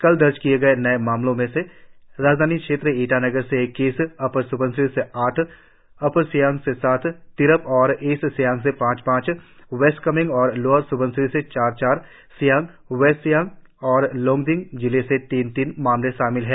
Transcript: कल दर्ज किए गए नए मामलों में ईटानगर राजधानी क्षेत्र से इक्कीस अपर स्बनसिरी से आठ अपर सियांग से सात तिरप और ईस्ट सियांग से पांच पांच वेस्ट कामेंग और लोअर स्बनसिरी से चार चार सियांग वेस्ट सियांग और लोंगडिंग जिले से तीन तीन मामले शामिल है